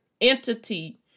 entity